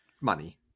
money